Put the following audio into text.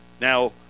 now